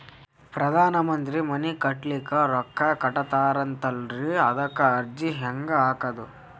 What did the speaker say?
ಪ್ರಧಾನ ಮಂತ್ರಿ ಮನಿ ಕಟ್ಲಿಕ ರೊಕ್ಕ ಕೊಟತಾರಂತಲ್ರಿ, ಅದಕ ಅರ್ಜಿ ಹೆಂಗ ಹಾಕದು?